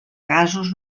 gasos